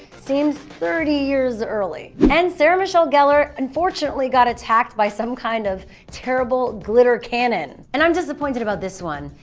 seems thirty years early. and sarah michelle gellar unfortunately got attacked by some kind of terrible glitter cannon. and i'm disappointed about this one.